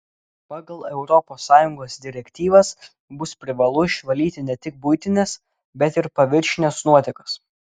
pagal europos sąjungos direktyvas bus privalu išvalyti ne tik buitines bet ir paviršines nuotekas